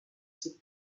ses